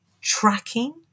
tracking